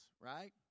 Right